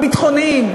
הביטחוניים,